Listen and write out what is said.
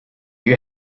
you